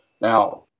Now